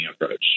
approach